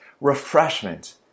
refreshment